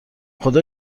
خدا